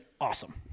awesome